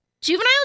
Juvenile